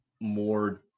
more